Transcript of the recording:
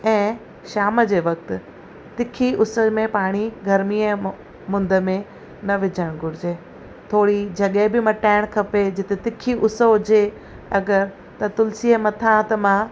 ऐं शाम जे वक्त तिखी उस में पाणी गर्मीअ मुंदि में न विझण घुरिजे थोरी जॻह बि मटाइणु खपे जिते तिखी उस हुजे अगरि त तुलसी जे मथा त मां